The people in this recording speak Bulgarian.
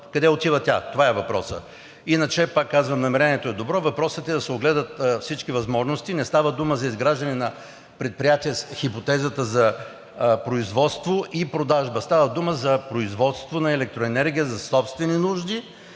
Къде отива тя – това е въпросът. Иначе, пак казвам, намерението е добро. Въпросът е да се огледат всички възможности. Не става дума за изграждане на предприятия с хипотезата за производство и продажба – става дума за производство на електроенергия за собствени нужди